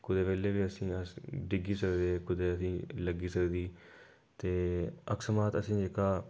कुदै बेल्लै बी असेंगी अस डिग्गी सकदे कुदै असेंगी लग्गी सकदी ते अक्समात असें जेह्का